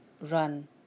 run